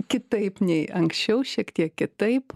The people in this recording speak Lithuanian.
kitaip nei anksčiau šiek tiek kitaip